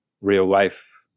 real-life